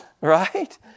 Right